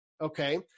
okay